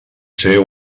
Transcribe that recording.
ser